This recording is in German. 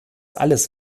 alles